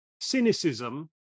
cynicism